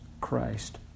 Christ